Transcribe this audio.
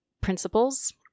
principles